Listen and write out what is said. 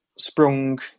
sprung